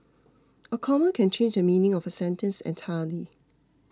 a comma can change the meaning of a sentence entirely